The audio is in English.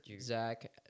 Zach